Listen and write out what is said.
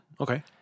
Okay